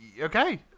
Okay